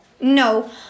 No